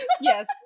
Yes